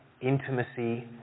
intimacy